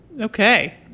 Okay